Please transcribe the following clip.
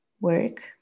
Work